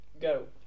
go